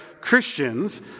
Christians